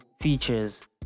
features